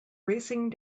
racing